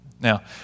Now